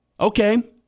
Okay